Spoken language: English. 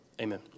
Amen